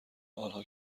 آنها